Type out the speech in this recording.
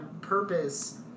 purpose